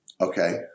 Okay